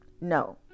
No